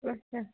اَچھا